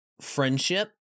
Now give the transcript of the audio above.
friendship